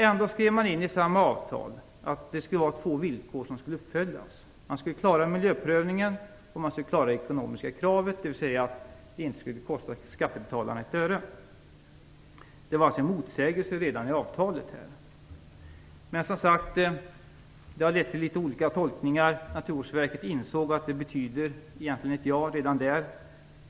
Ändå skrev man in i samma avtal att två villkor skulle uppfyllas. Man skulle klara miljöprövningen, och man skulle klara det ekonomiska kravet, dvs. att bron inte skulle kosta skattebetalarna ett öre. Det fanns alltså en motsägelse redan i avtalet. Detta har lett till litet olika tolkningar. Naturvårdsverket insåg att det egentligen betydde att regeringen sade ja redan då.